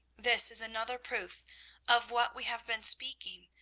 this is another proof of what we have been speaking,